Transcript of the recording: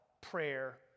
prayer